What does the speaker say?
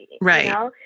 right